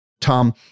Tom